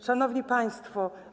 Szanowni Państwo!